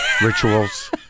Rituals